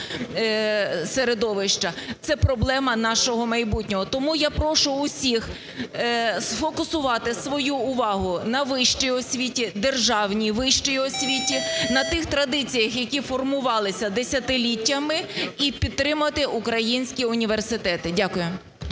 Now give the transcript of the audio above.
це проблема нашого майбутнього. Тому я прошу усіх сфокусувати свою увагу на вищій освіті, державній вищій освіті, на тих традиціях, які формувалися десятиліттями і підтримати українські університети. Дякую.